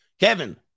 Kevin